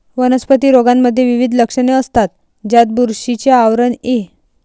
वनस्पती रोगांमध्ये विविध लक्षणे असतात, ज्यात बुरशीचे आवरण इ